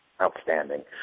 Outstanding